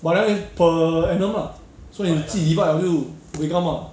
but then eh per annum lah so 你自己 divide liao buey gum ah